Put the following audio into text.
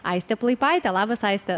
aistė plaipaitė labas aiste